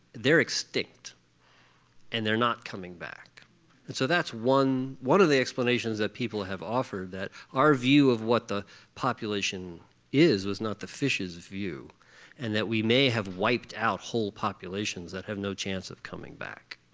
they're extinct and they're not coming back and so that's one one of the explanations that people have offered that our view of what the population is was not the fishes' view and that we may have wiped out whole populations that have no chance of coming back.